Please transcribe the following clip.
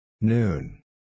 Noon